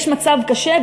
יש מצב קשה,